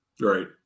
Right